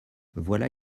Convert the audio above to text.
voilà